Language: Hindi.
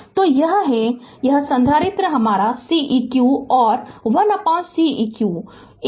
तो यह है और यह संधारित्र हमारा Ceq और 1Ceq एक यह है